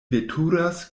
veturas